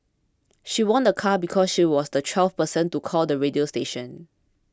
she won a car because she was the twelfth person to call the radio station